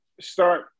start